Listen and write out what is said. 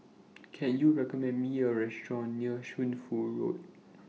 Can YOU recommend Me A Restaurant near Shunfu Road